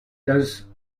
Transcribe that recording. does